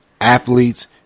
athletes